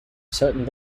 certain